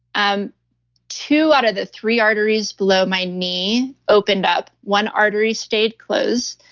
um two out of the three arteries below my knee opened up. one artery stayed closed,